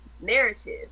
narrative